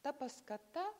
ta paskata